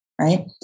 Right